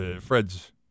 Fred's